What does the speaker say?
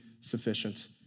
sufficient